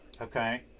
Okay